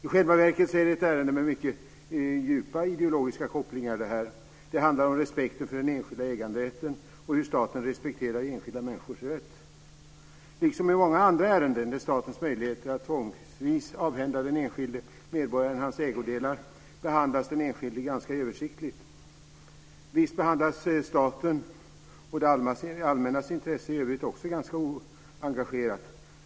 I själva verkar är det här ett ärende med mycket djupa ideologiska kopplingar. Det handlar om respekten för den enskilda äganderätten och om hur staten respekterar enskilda människors rätt. Liksom i många andra ärenden där statens möjligheter att tvångsvis avhända den enskilde medborgaren hans ägodelar behandlas den enskilde ganska översiktligt. Visst behandlas statens och det allmännas intressen i övrigt också ganska oengagerat.